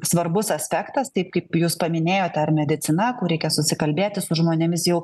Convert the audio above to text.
svarbus aspektas taip kaip jūs paminėjote ar medicina kur reikia susikalbėti su žmonėmis jau